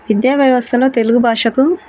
విద్యా వ్యవస్థలో తెలుగు భాషకు